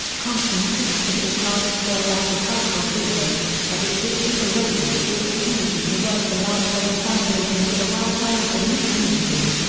compton couldn't support large-scale agricultural business, but it did give the residents the opportunity to work the land for their families and for the welfare of the new community.